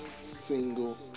single